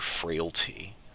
frailty